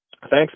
Thanks